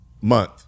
month